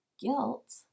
guilt